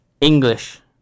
English